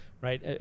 right